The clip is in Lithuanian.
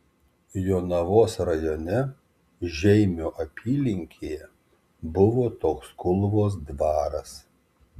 jonavos rajone žeimio apylinkėje buvo toks kulvos dvaras